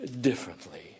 differently